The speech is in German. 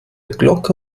glocke